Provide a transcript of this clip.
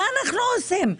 מה אנחנו עושים?